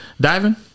diving